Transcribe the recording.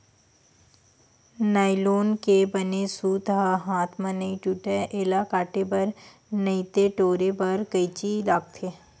nylon के बने सूत ह हाथ म नइ टूटय, एला काटे बर नइते टोरे बर कइची लागथे